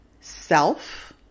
self